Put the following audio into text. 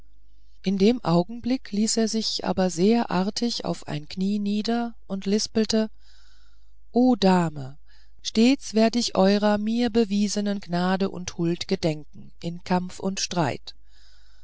in dem augenblick ließ er sich aber sehr artig auf ein knie nieder und lispelte o dame stets werd ich eurer mir bewiesenen gnade und huld gedenken in kampf und streit